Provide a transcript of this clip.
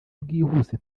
bwihuse